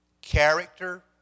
character